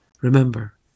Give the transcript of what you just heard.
Remember